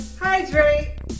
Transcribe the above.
hydrate